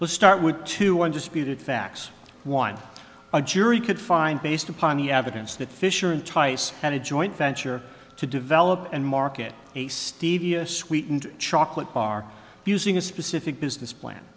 let's start with two undisputed facts one a jury could find based upon the evidence that fisher entice and a joint venture to develop and market a stevia sweetened chocolate bar using a specific business plan